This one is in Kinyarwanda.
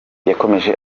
yakomeje